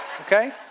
Okay